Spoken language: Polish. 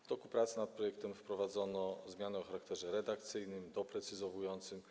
W toku prac nad projektem wprowadzono zmiany o charakterze redakcyjnym, doprecyzowującym.